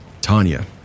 Tanya